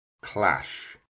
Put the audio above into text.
clash